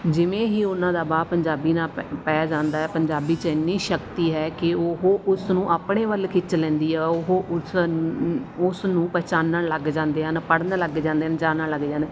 ਜਿਵੇਂ ਹੀ ਉਹਨਾਂ ਦਾ ਵਾਹ ਪੰਜਾਬੀ ਨਾਲ ਪ ਪੈ ਜਾਂਦਾ ਹੈ ਪੰਜਾਬੀ 'ਚ ਇੰਨੀ ਸ਼ਕਤੀ ਹੈ ਕਿ ਉਹ ਉਸਨੂੰ ਆਪਣੇ ਵੱਲ ਖਿੱਚ ਲੈਂਦੀ ਹੈ ਉਹ ਉਸ ਨ ਉਸਨੂੰ ਪਹਿਚਾਨਣ ਲੱਗ ਜਾਂਦੇ ਹਨ ਪੜ੍ਹਨ ਲੱਗ ਜਾਂਦੇ ਹਨ ਜਾਣਨ ਲੱਗ ਜਾਣ